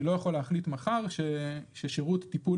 אני לא יכול להחליט מחר ששירות טיפול